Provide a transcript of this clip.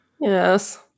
Yes